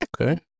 Okay